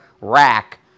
rack